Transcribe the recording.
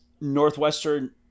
Northwestern